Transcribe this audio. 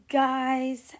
guys